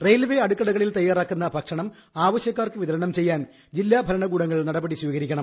railway അടുക്കളകളിൽ തയ്യാറാക്കുന്ന ഭക്ഷണം ആവശ്യക്കാർക്ക് വിതരണം ചെയ്യാൻ ജില്ലാ ഭരണകൂടങ്ങൾ നടപടി സ്വീകരിക്കണം